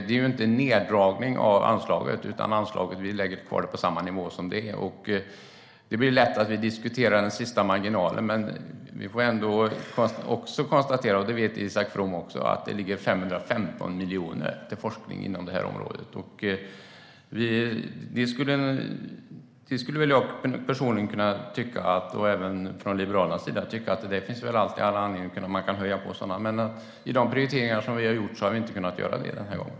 Det är ju inte heller en neddragning av anslaget, utan det ligger kvar på samma nivå som det är. Det blir lätt att vi diskuterar den sista marginalen, men vi får också konstatera, vilket även Isak From vet, att det ligger 515 miljoner till forskning inom det här området. Personligen och även från Liberalernas sida kan vi tycka att det väl alltid finns anledning att höja sådana anslag, men det har vi inte kunnat göra den här gången med de prioriteringar som vi har gjort.